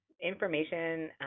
information